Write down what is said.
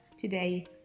today